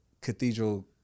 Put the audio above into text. Cathedral